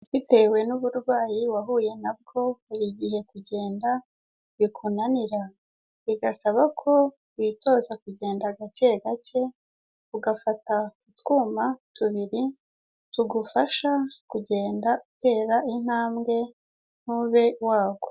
Bitewe n'uburwayi wahuye nabwo hari igihehe kugenda bikunanira, bigasaba ko witoza kugenda gake gake, ugafata utwuma tubiri tugufasha kugenda utera intambwe ntube wagwa.